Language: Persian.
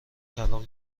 طلاق